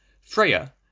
Freya